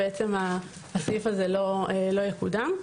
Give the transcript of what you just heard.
הסעיף הזה לא יקודם.